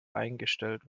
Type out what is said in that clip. eingestellt